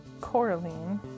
Coraline